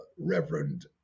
Reverend